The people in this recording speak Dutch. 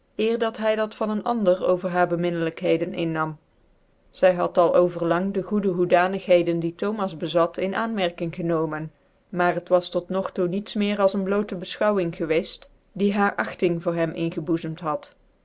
eer dat hy dat van een ander over haar beminnelijkheden innam zy had al overlang de goede hoedanigheden die thomas bezat in aanmerking genomen nnar her was tot nog toe nietb meer als ccn blootc befchouwing ten neger i f wins scwccft die haarc agting voor hem ingeboczemt had